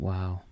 Wow